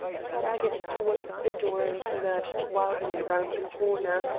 staggered towards the door and lurched wildly round the corner,